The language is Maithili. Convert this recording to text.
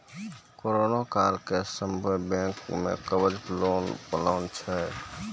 करोना काल मे सभ्भे बैंक मे कवच लोन के प्लान छै